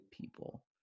people